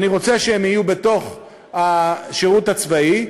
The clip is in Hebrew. אני רוצה שהם יהיו בתוך השירות הצבאי.